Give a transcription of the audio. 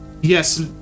Yes